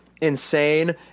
insane